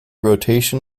rotation